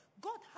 God